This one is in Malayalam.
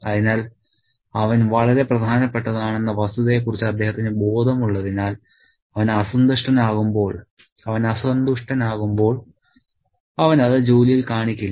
അതിനാൽ അവൻ വളരെ പ്രധാനപ്പെട്ടതാണെന്ന വസ്തുതയെക്കുറിച്ച് അദ്ദേഹത്തിന് ബോധമുള്ളതിനാൽ അവൻ അസന്തുഷ്ടനാകുമ്പോൾ അവൻ അത് ജോലിയിൽ കാണിക്കില്ല